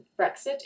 Brexit